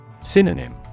Synonym